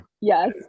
yes